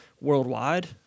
worldwide